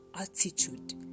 attitude